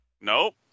Nope